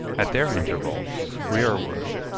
at their intervals, rearward,